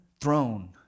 throne